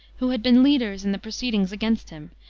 who had been leaders in the proceedings against him,